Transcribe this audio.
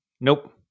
Nope